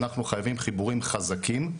אנחנו חייבים חיבורים חזקים,